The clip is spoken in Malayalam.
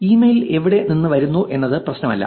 ഇമെയിൽ എവിടെ നിന്ന് വരുന്നു എന്നത് പ്രശ്നമല്ല